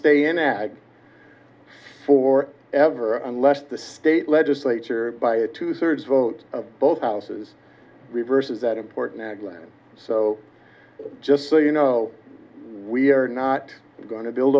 stay in ag for ever unless the state legislature by a two thirds vote of both houses reverses that important ag land so just so you know we are not going to build